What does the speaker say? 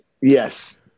Yes